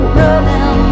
running